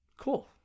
Cool